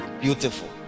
beautiful